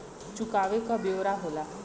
चुकावे क ब्योरा होला